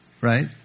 right